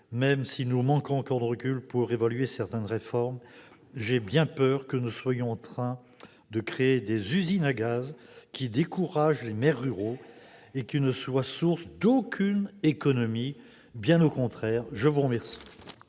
même si nous manquons encore de recul pour évaluer certaines réformes, j'ai bien peur que nous ne soyons en train de créer des usines à gaz qui découragent les maires ruraux et qui ne soient source d'aucune économie, bien au contraire ! La parole